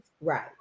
Right